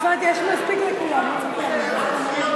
זה היה גם בכנסת הקודמת.